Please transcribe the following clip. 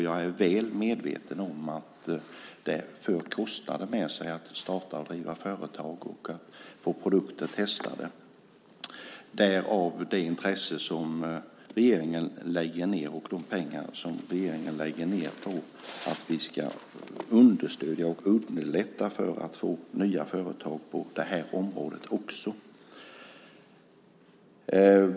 Jag är väl medveten om att det för kostnader med sig att starta och driva företag och att få produkter testade - därav det intresse och de pengar som regeringen lägger ned på att understödja och underlätta för nya företag på det området också.